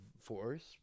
force